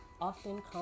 often